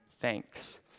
thanks